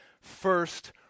first